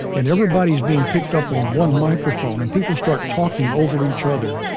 and everybody's being picked up on one microphone and people start talking over each other,